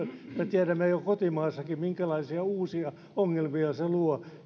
tiedämme minkälaisia uusia ongelmia se luo